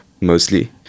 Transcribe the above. mostly